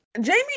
Jamie